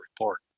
report